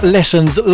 Lessons